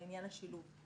לעניין השילוב.